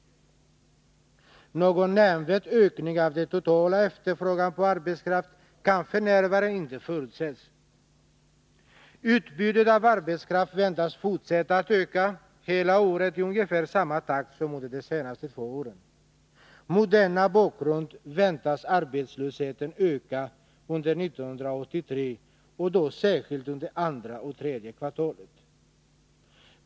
Någon nämnvärd ökning av den totala efterfrågan på arbetskraft kan f. n. inte förutses. Utbudet av arbetskraft väntas fortsätta att öka hela året i ungefär samma takt som under de senaste två åren. Mot denna bakgrund väntas arbetslösheten öka under 1983, och då särskilt under andra och tredje kvartalet.